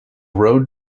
road